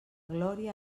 glòria